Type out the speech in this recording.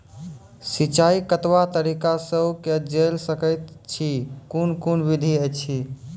सिंचाई कतवा तरीका सअ के जेल सकैत छी, कून कून विधि ऐछि?